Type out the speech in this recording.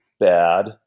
bad